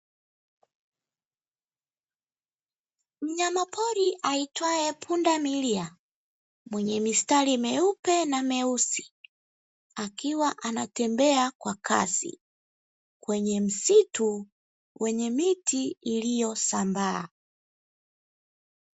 Mnyama pori aitwaye punda miliya, mwenye mistari meupe na meusi akiwa anatembea kwa kasi kwenye msitu wenye miti iliyosambaa.